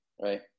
Right